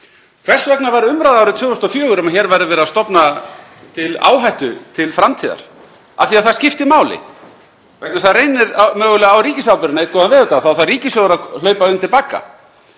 Hvers vegna var umræða árið 2004 um að hér væri verið að stofna til áhættu til framtíðar? Af því að það skiptir máli vegna þess að það reynir mögulega á ríkisábyrgðina einn góðan veðurdag og þá þarf ríkissjóður að hlaupa undir bagga.